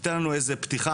שתיתן לנו איזו פתיחה,